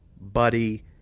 buddy